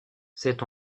s’est